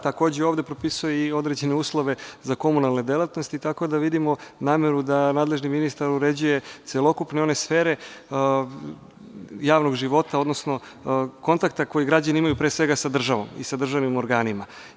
Takođe, ovde propisuje i određene uslove za komunalne delatnosti, tako da vidimo nameru da nadležni ministar uređuje celokupne one sfere javnog života, odnosno kontakta koji građani imaju, pre svega, sa državom i državnim organima.